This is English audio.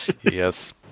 Yes